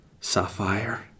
sapphire